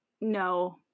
no